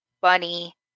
Bunny